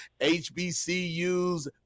HBCU's